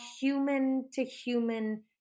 human-to-human